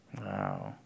Wow